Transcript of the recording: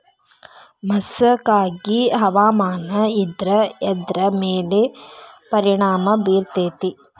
ಮಸಕಾಗಿ ಹವಾಮಾನ ಇದ್ರ ಎದ್ರ ಮೇಲೆ ಪರಿಣಾಮ ಬಿರತೇತಿ?